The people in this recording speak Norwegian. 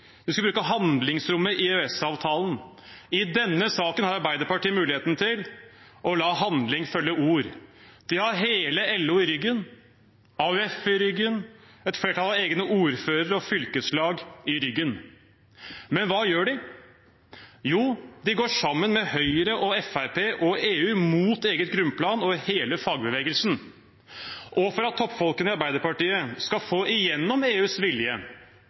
De skulle bruke handlingsrommet i EØS-avtalen. I denne saken har Arbeiderpartiet muligheten til å la handling følge ord. De har hele LO, AUF og et flertall av egne ordførere og fylkeslag i ryggen. Men hva gjør de? Jo, de går sammen med Høyre, Fremskrittspartiet og EU mot eget grunnplan og hele fagbevegelsen. Og for at toppfolkene i Arbeiderpartiet skal få igjennom EUs vilje,